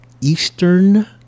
Eastern